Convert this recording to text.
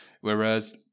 whereas